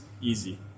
easy